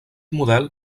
model